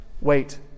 Wait